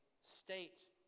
state